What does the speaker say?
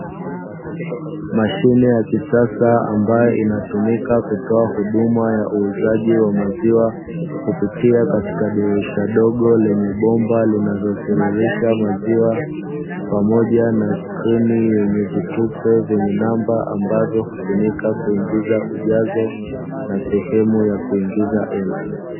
Mashine ya kisasa ambayo inatumika kutoa huduma ya uuzaji wa maziwa, kupitia katika dirisha dogo lenye bomba linalotiririsha maziwa. Pamoja na skrini yenye vitufe vyenye namba ambavyo hutumika kuingiza ujazo, na sehemu ya kuingiza hela.